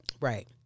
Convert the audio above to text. Right